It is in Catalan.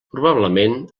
probablement